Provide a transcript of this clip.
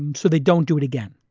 and so they don't do it again.